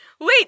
wait